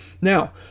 Now